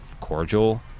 cordial